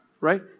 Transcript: right